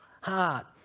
heart